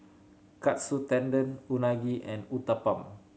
Katsu Tendon Unagi and Uthapam